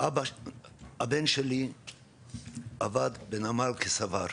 הבן שלי עבד בנמל כסוור.